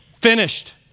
Finished